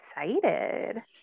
excited